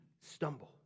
stumble